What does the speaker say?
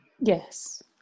Yes